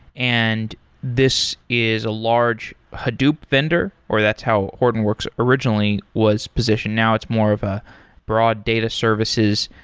and this is a large hadoop vendor, or that's how hortonworks originally was positioned. now it's more of a broad data services.